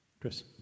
Chris